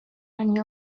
many